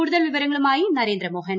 കൂടുതൽ വിവരങ്ങളുമായി നരേന്ദ്രമോഹൻ